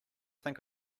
think